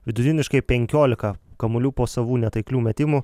vidutiniškai penkiolika kamuolių po savų netaiklių metimų